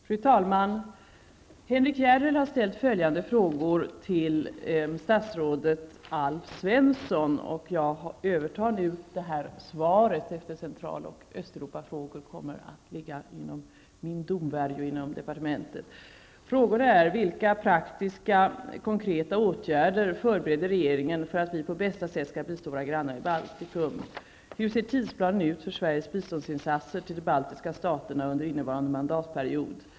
Fru talman! Henrik S Järrel har ställt följande frågor till statsrådet Alf Svensson. 1. Vilka praktiska, konkreta åtgärder förbereder regeringen för att vi på bästa sätt skall bistå våra grannar i Baltikum? 2. Hur ser tidsplanen ut för Sveriges biståndsinsatser till de baltiska staterna under innevarande mandatperiod?